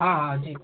हाँ हाँ जी